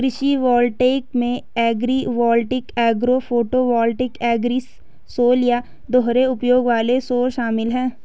कृषि वोल्टेइक में agrivoltaic agro photovoltaic agrisol या दोहरे उपयोग वाले सौर शामिल है